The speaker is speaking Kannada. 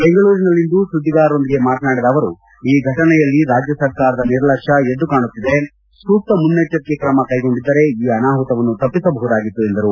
ಬೆಂಗಳೂರಿನಲ್ಲಿಂದು ಸುದ್ದಿಗಾರರೊಂದಿಗೆ ಮಾತನಾಡಿದ ಅವರು ಈ ಘಟನೆಯಲ್ಲಿ ರಾಜ್ಯ ಸರ್ಕಾರದ ನಿರ್ಲಕ್ಷ್ಯ ಎದ್ದು ಕಾಣುತ್ತಿದೆ ಸೂಕ್ತ ಮುನ್ನೆಚ್ಚರಿಕೆ ಕ್ರಮ ಕೈಗೊಂಡಿದ್ದರೆ ಈ ಅನಾಹುತವನ್ನು ತಪ್ಪಿಸಬಹುದಾಗಿತ್ತು ಎಂದರು